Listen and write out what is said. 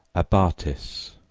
abatis,